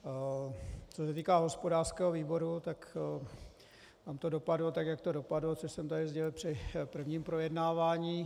Co se týká hospodářského výboru, tak tam to dopadlo, jak to dopadlo, což jsem tady sdělil při prvním projednávání.